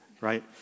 Right